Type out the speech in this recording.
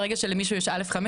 ברגע שלמישהו יש 2א'5,